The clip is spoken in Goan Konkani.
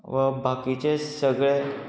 वा बाकीचे सगळे